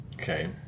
Okay